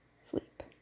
sleep